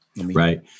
Right